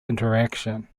interaction